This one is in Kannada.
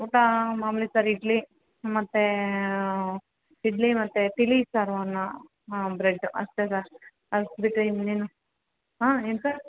ಊಟ ಮಾಮೂಲಿ ಸರ್ ಇಡ್ಲಿ ಮತ್ತು ಇಡ್ಲಿ ಮತ್ತು ತಿಳಿ ಸಾರು ಅನ್ನ ಹಾಂ ಬ್ರೆಡ್ಡು ಅಷ್ಟೇ ಸರ್ ಅಷ್ಟು ಬಿಟ್ಟರೆ ಇನ್ನೇನು ಹಾಂ ಏನು ಸರ್